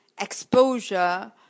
exposure